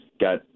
got